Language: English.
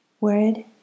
Word